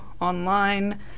online